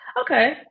okay